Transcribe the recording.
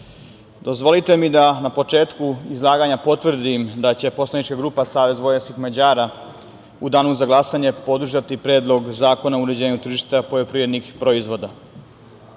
dozvolite mi da na početku izlaganja potvrdim da će poslanička grupa SVM u danu za glasanje podržati Predlog zakona o uređenju tržišta poljoprivrednih proizvoda.